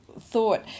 thought